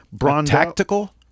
Tactical